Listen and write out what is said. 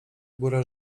górę